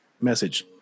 message